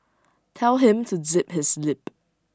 tell him to zip his lip